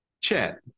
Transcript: Chat